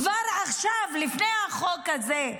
כבר עכשיו, לפני החוק הזה.